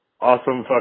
Awesome